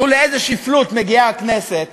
תראו לאיזה שפלות מגיעה הכנסת,